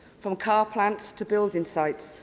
from car plants to building sites,